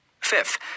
Fifth